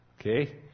Okay